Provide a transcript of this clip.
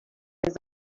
his